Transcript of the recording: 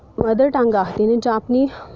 mother tongue आखदे न जां फ्ही